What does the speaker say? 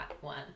one